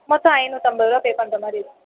மொத்தம் ஐந்நூத்தம்பதுருபா பே பண்ணுற மாதிரி இருக்கும்